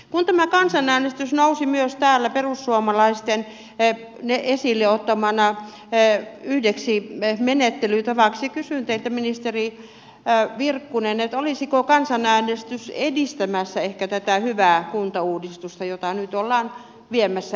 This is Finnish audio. kun tämä kansanäänestys nousi myös täällä perussuomalaisten esille ottamana yhdeksi menettelytavaksi kysyn teiltä ministeri virkkunen olisiko kansanäänestys edistämässä ehkä tätä hyvää kuntauudistusta jota nyt ollaan viemässä eteenpäin